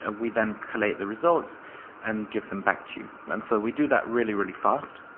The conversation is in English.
ah we then collect the results and give them back to you. and so we do that really, really fast,